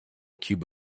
cube